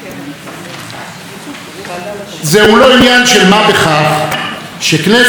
זהו לא עניין של מה בכך שכנסת פותחת את